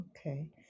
okay